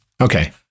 Okay